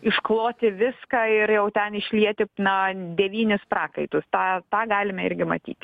iškloti viską ir jau ten išlieti na devynis prakaitus tą tą galime irgi matyti